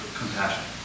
compassion